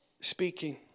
speaking